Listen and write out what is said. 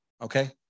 okay